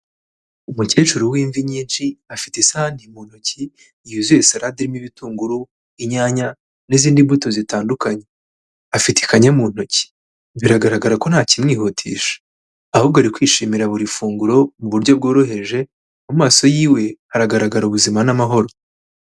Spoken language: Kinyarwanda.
Umukecuru w'imvi nyinshi afite isahani mu ntoki yuzuye salade irimo ibitunguru, inyanya n'izindi mbuto zitandukanye. Afite ikanya mu ntoki biragaragara ko nta kimwihutisha, ahubwo ari kwishimira buri funguro mu buryo bworoheje, mu maso yiwe haragaragara ubuzima n'amahoro.